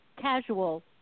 casual